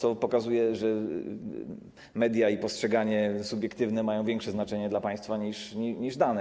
To pokazuje, że media i postrzeganie subiektywne mają większe znaczenie dla państwa niż dane.